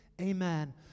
amen